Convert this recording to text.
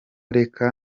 reka